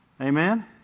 Amen